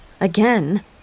Again